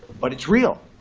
but it's real.